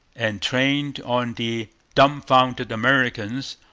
and trained on the dumbfounded americans,